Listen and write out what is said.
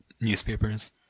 newspapers